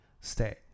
stay